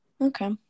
Okay